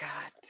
God